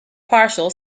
partial